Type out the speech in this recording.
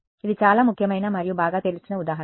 ఇది చాలా ముఖ్యమైన మరియు బాగా తెలిసిన ఉదాహరణ